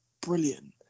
brilliant